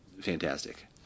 fantastic